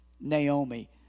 Naomi